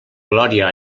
glòria